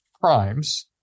primes